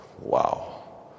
Wow